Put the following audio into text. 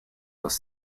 was